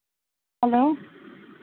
hello